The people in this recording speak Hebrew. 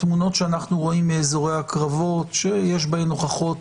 התמונות שאנחנו רואים מאזורי הקרבות שיש בהן הוכחות,